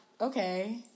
okay